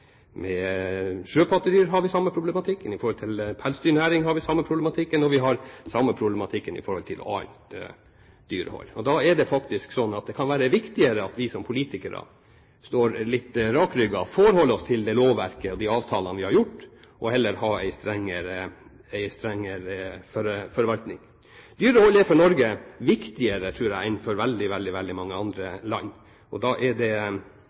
sjøpattedyr, har vi samme problematikken, når det gjelder pelsdyrnæringen, har vi den samme problematikken, og vi har den samme problematikken når det gjelder annet dyrehold. Da er det slik at det kan være viktigere at vi som politikere står litt rakrygget og forholder oss til det lovverket og de avtalene vi har gjort, og heller har en strengere forvaltning. Dyreholdet er for Norge viktigere, tror jeg, enn for veldig, veldig mange andre land. Da er det